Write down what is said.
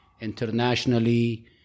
internationally